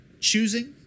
choosing